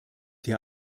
hier